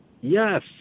Yes